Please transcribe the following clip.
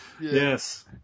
yes